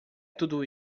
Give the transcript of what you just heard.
tudo